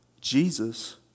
Jesus